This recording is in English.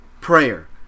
prayer